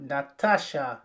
Natasha